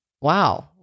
Wow